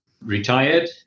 retired